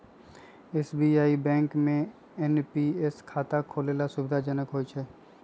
SBI bank में NPS खता खोलेनाइ सुविधाजनक होइ छइ